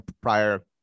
prior